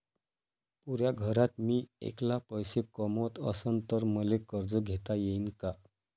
पुऱ्या घरात मी ऐकला पैसे कमवत असन तर मले कर्ज घेता येईन का?